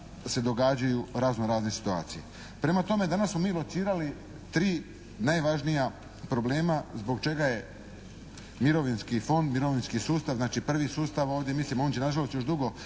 se događaju razno-razne situacije. Prema tome danas smo mi locirali tri najvažnija problema zbog čega je mirovinski fond, mirovinski sustav, znači prvi sustav ovdje, mislim na žalost on će